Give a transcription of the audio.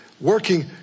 working